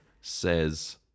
says